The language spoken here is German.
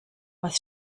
was